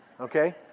okay